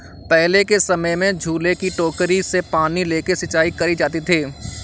पहले के समय में झूले की टोकरी से पानी लेके सिंचाई करी जाती थी